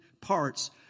parts